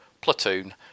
Platoon